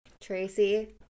Tracy